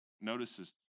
notices